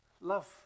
love